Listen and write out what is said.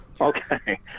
Okay